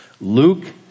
Luke